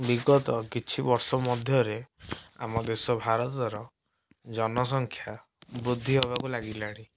ବିଗତ କିଛିବର୍ଷ ମଧ୍ୟରେ ଆମ ଦେଶ ଭାରତର ଜନସଂଖ୍ୟା ବୃଦ୍ଧି ହବାକୁ ଲାଗିଲାଣି